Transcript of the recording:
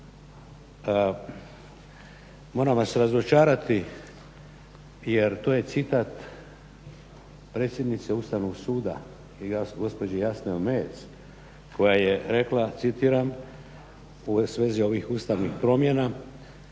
Moram vas razočarati jer to je citat predsjednice Ustavnog suda gospođe Jasne Omejec koja je rekla, citiram: "U svezi ovih ustavnih promjena